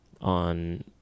on